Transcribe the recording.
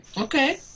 Okay